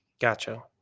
Gotcha